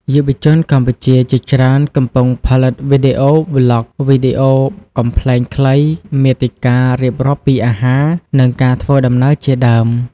យុវជនកម្ពុជាជាច្រើនកំពុងផលិតវីដេអូ vlogs វីដេអូកំប្លែងខ្លី មាតិការៀបរាប់ពីអាហារ និងការធ្វើដំណើរជាដើម។